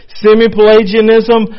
semi-Pelagianism